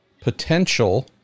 potential